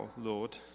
Lord